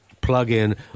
plug-in